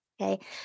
Okay